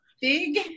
big